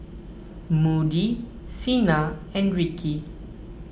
Moody Cena and Rikki